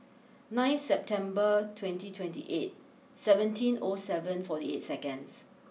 nine September twenty twenty eight seventeen O seven forty eight seconds